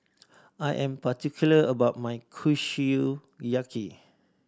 I am particular about my Kushiyaki